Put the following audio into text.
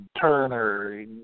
Turner